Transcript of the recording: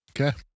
Okay